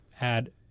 add